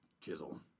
chisel